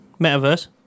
Metaverse